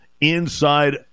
inside